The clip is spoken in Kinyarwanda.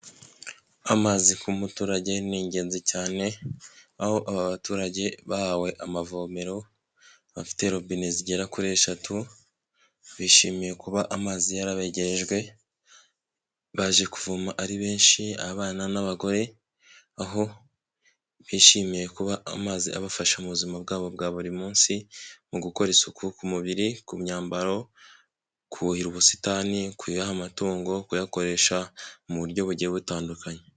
Amazi ku muturage ni ingenzi cyane aho aba baturage bahawe amavomero, bafite robine zigera kuri eshatu, bishimiye kuba amazi yarabegerejwe baje kuvoma ari benshi abana n'abagore aho bishimiye kuba amazi abafasha mu buzima bwabo bwa buri munsi mu gukora isuku ku mubiri, ku myambaro, kuhira ubusitani, kuyaha amatungo, kuyakoresha mu buryo bugiye butandukanye.